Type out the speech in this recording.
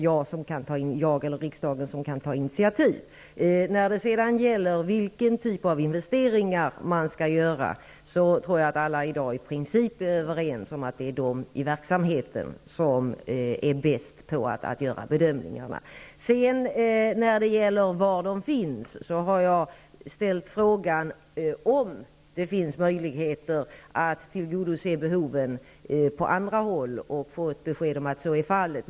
Jag eller riksdagen kan ta initiativ till detta. När det gäller vilken typ av investeringar man skall göra tror jag att alla i dag i princip är överens om att det är de i verksamheten som är bäst på att göra bedömningar. Sven Lundberg frågade var sådana hundar finns. Jag har frågat om det finns möjligheter att tillgodose behoven på andra håll och fått besked om att så är fallet.